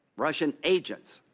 russian agents,